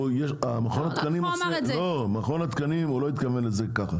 הוא לא התכוון לזה כך.